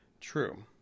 True